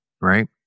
right